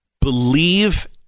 believe